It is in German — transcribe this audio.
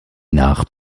nach